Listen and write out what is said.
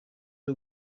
ari